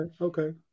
okay